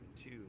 two